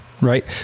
right